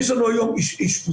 יש לנו היום אישפוזית,